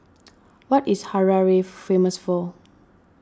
what is Harare famous for